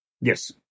yes